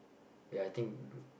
ya I think